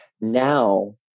now